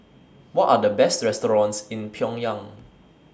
What Are The Best restaurants in Pyongyang